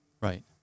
right